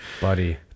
buddy